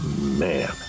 man